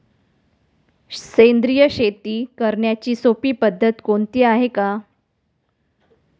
सेंद्रिय शेती करण्याची सोपी पद्धत कोणती आहे का?